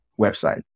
website